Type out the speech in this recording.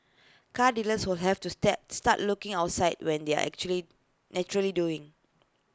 car dealers will have to stay start looking outside when they are actually naturally doing